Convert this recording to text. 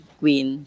queen